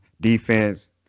defense